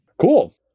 cool